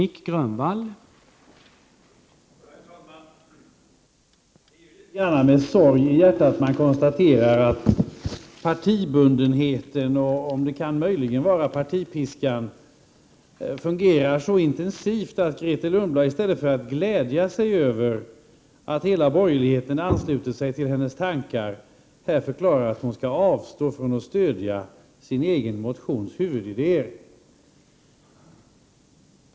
Herr talman! Det är litet grand med sorg i hjärtat jag konstaterar att partibundenheten och möjligen partipiskan fungerar så intensivt att Grethe Lundblad i stället för att glädja sig över att hela borgerligheten ansluter sig till hennes tankar här förklarar att hon skall avstå från att stödja sin egen motions huvudidéer.